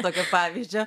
tokio pavyzdžio